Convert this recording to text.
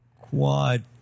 Quad